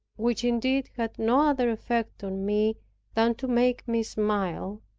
which indeed had no other effect on me than to make me smile,